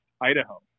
Idaho